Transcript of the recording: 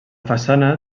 façana